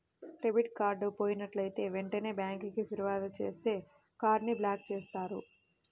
debit card పోయినట్లైతే వెంటనే బ్యేంకుకి ఫిర్యాదు చేత్తే కార్డ్ ని బ్లాక్ చేత్తారు